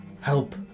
help